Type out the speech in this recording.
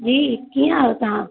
जी कीअं आयो तव्हां